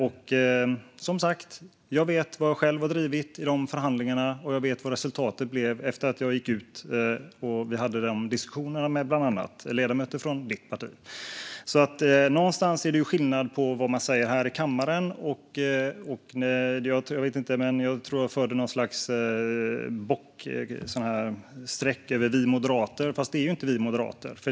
Jag vet som sagt vad jag själv har drivit i de förhandlingarna, och jag vet vad resultatet blev efter diskussionerna med ledamöter från bland annat ditt parti. Det är någonstans skillnad på vad man säger här i kammaren. Jag förde någon sorts streckräkning över antalet "vi moderater". Men det handlar ju inte om "vi moderater".